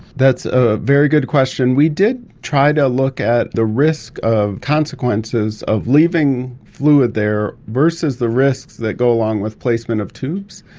that's a very good question. we did try to look at the risk of consequences of leaving fluid there versus the risks that go along with placement of tubes.